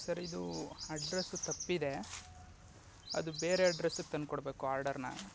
sir ಇದು address ತಪ್ಪಿದೆ ಅದು ಬೇರೆ ಅಡ್ರಸ್ಗೆ ತಂದ್ಕೊಡ್ಬೇಕು ಆರ್ಡರ್ನ